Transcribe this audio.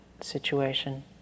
situation